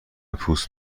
پوست